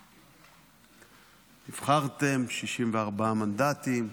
נבחרתם, 64 מנדטים,